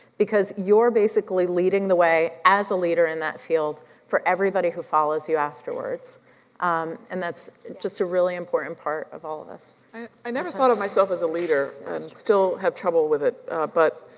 because your basically leading the way, as a leader in that field for everybody who follows you afterwards and that's just a really important part of all of this. i never thought of myself as a leader. i still have trouble with it but